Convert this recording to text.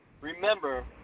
remember